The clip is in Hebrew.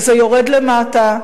וזה יורד למטה,